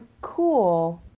cool